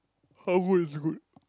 how good is good